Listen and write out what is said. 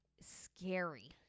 Scary